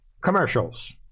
commercials